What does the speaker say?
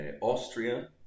Austria